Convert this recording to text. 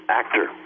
actor